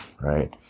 right